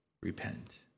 Repent